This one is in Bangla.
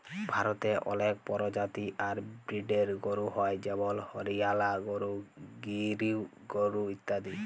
ভারতে অলেক পরজাতি আর ব্রিডের গরু হ্য় যেমল হরিয়ালা গরু, গির গরু ইত্যাদি